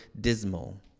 dismal